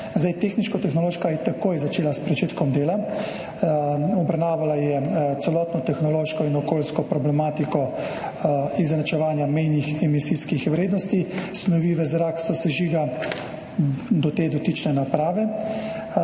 Zdaj tehniškotehnološka je takoj začela z delom. Obravnavala je celotno tehnološko in okoljsko problematiko izenačevanja mejnih emisijskih vrednosti snovi v zrak sosežiga do te dotične naprave.